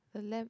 the left